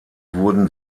wurden